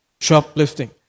Shoplifting